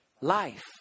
life